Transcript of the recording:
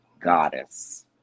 goddess